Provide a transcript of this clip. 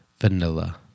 vanilla